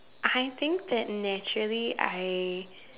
I think that naturally I